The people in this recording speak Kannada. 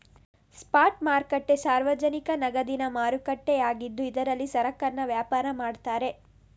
ಸ್ಪಾಟ್ ಮಾರ್ಕೆಟ್ ಸಾರ್ವಜನಿಕ ನಗದಿನ ಮಾರುಕಟ್ಟೆ ಆಗಿದ್ದು ಇದ್ರಲ್ಲಿ ಸರಕನ್ನ ವ್ಯಾಪಾರ ಮಾಡ್ತಾರೆ